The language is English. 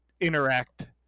interact